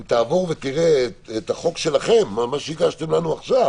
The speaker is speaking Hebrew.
אם תעבור ותראה את החוק שלכם שהגשתם לנו עכשיו